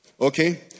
Okay